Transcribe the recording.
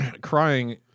crying